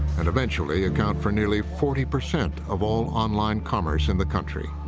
and eventually account for nearly forty percent of all online commerce in the country.